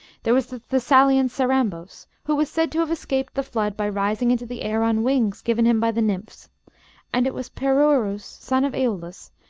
there was the thessalian cerambos, who was said to have escaped the flood by rising into the air on wings given him by the nymphs and it was perirrhoos, son of eolus,